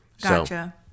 Gotcha